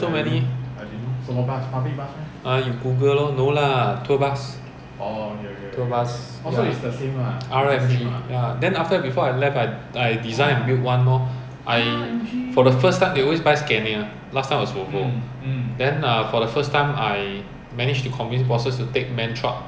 ya ya uh ya in terms of hundreds they got space lah singapore where got space to go and park so many to build we don't have the production capacity lab~ consuming mah labour intensive labour intensive ya